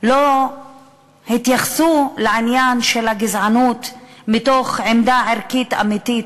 לא התייחסו לעניין של הגזענות מתוך עמדה ערכית אמיתית,